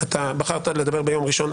אתה בחרת לדבר ביום ראשון,